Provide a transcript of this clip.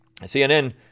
CNN